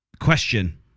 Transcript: question